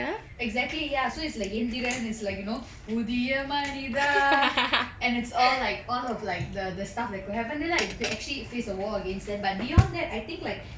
exactly ya so it's like Enthiran is like you know Puthiya Manitha manitha and it's all like all of like the the stuff that could happen then like we could actually face a war against them but beyond that I think like